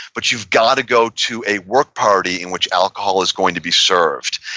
but you've got to go to a work party in which alcohol is going to be served.